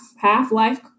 half-life